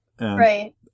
Right